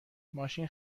ماشین